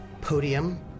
podium